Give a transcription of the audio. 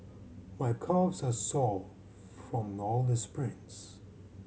my calves are sore from all the sprints